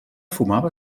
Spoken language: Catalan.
fumava